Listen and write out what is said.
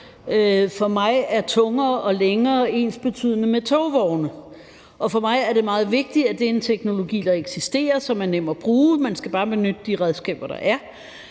For mig er »tungere« og »længere« ensbetydende med togvogne, og for mig er det meget vigtigt, at det er en teknologi, der eksisterer, og som er nem at bruge; man skal bare benytte de redskaber, der er.